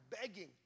begging